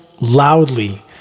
loudly